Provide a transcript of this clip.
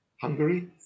Hungary